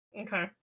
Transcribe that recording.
Okay